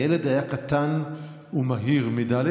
הילד היה קטן ומהיר מד',